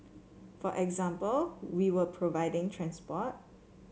for example we were providing transport